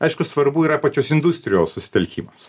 aišku svarbu yra pačios industrijos susitelkimas